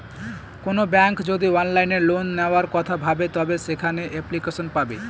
কোনো ব্যাঙ্ক যদি অনলাইনে লোন নেওয়ার কথা ভাবে তবে সেখানে এপ্লিকেশন পাবে